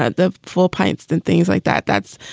ah the full pints and things like that, that's